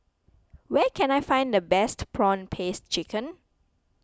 where can I find the best Prawn Paste Chicken